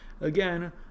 Again